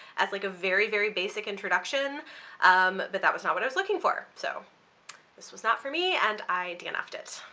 as like a very very basic introduction, um but that was not what i was looking for so this was not for me and i dnf'd it.